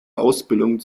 ausbildung